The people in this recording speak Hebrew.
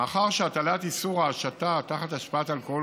מאחר שהטלת איסור ההשטה תחת השפעת אלכוהול